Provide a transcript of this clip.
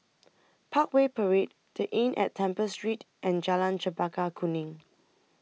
Parkway Parade The Inn At Temple Street and Jalan Chempaka Kuning